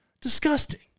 disgusting